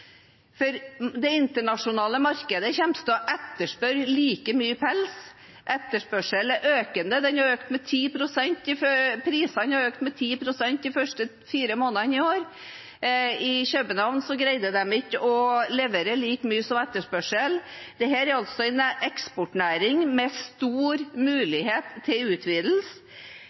pelsdyrene. Det internasjonale markedet kommer til å etterspørre like mye pels. Etterspørselen er økende, den er økt med 10 pst., prisene har økt med 10 pst. de første fire månedene i år. I København greide de ikke å levere og dekke etterspørselen. Dette er en eksportnæring med stor mulighet til utvidelse.